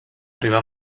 arribar